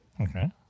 Okay